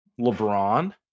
LeBron